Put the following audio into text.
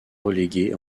relégués